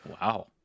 wow